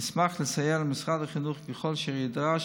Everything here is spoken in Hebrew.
נשמח לסייע למשרד החינוך ככל שנדרש